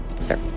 Sir